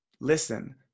listen